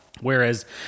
Whereas